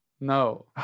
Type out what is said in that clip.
No